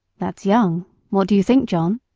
that's young what do you think, john?